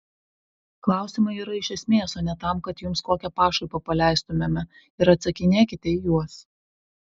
klausimai yra iš esmės o ne tam kad jums kokią pašaipą paleistumėme ir atsakinėkite į juos